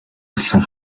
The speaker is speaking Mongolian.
хэлсэн